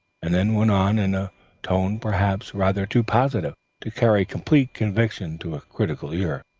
and then went on in a tone perhaps rather too positive to carry complete conviction to a critical ear.